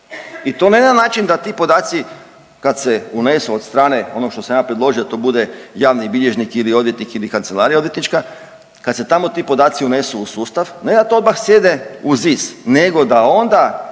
i to ne na način da ti podaci kad se unesu od strane, onog što sam ja predložio, da to bude javni bilježnik ili odvjetnik ili kancelarija odvjetnička, kad se tamo ti podaci unesu u sustav, ne da to odma sjedne u ZIS nego da onda